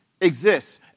exists